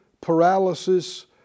paralysis